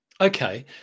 Okay